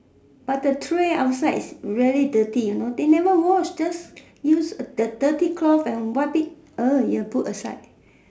but the tray outside is very dirty you know they never wash just use a dirty cloth and wipe it you know put aside